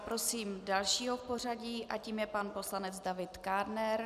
Prosím dalšího v pořadí a tím je pan poslanec David Kádner.